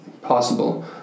Possible